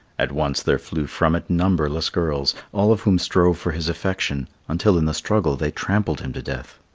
at once there flew from it numberless girls, all of whom strove for his affection, until in the struggle they trampled him to death.